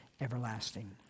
everlasting